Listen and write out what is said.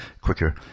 quicker